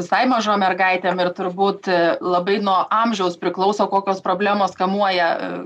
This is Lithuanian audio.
visai mažom mergaitėm ir turbūt labai nuo amžiaus priklauso kokios problemos kamuoja